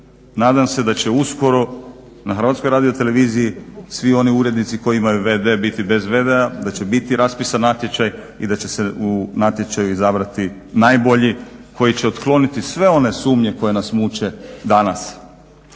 nadam se da će uskoro na HRT-u svi oni urednici koji imaju vd biti bez vd-a, da će biti raspisan natječaj i da će se u natječaju izabrati najbolji koji će otkloniti sve one sumnje koje nas muče danas.